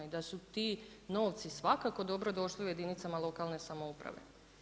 I da su ti novci svakako dobro došli u jedinicama lokalne samouprave.